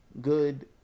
Good